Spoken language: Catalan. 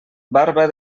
barba